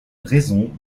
raison